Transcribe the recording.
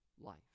life